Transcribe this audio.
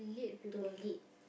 to lead